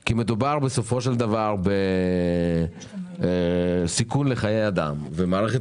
כי מדובר בסופו של דבר בסיכון חיי אדם ומערכת